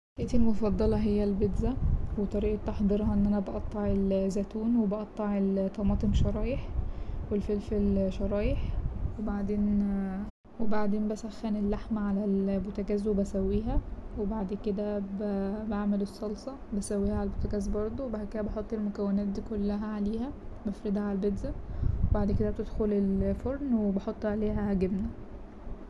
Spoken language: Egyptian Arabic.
أكلتي المفضلة هي البيتزا، وطريقة تحضيرها إن أنا بقطع الزتون وبقطع الطماطم شرايح والفلفل شرايح وبعدين- وبعدين بسخن اللحمة على البوتجاز وبسويها وبعد كده ب- بعمل الصلصة بسويها على البوتجاز برضه وبعد كده بحط المكونات دي كلها عليها بفردها على البيتزا وبعد كده بتدخل الفرن وبحط عليها جبنة.